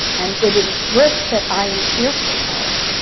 and it is this that i am fearful of.